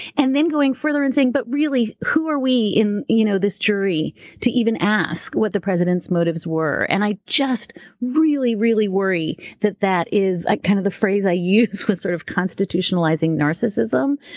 and then going further and saying, but really, who are we in you know this jury to even ask what the president's motives were? and i just really, really worry that that is. like kind of the phrase i use was sort of constitutionalizing narcissism.